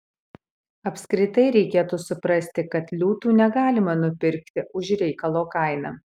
apskritai reikėtų suprasti kad liūtų negalima nupirkti už reikalo kainą